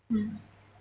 mm